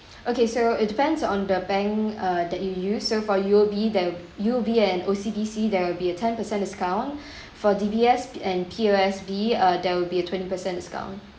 okay so it depends on the bank uh that you use so for U_O_B the U_O_B and O_C_B_C there will be a ten percent discount for D_B_S and P_O_S_B uh there will be a twenty percent discount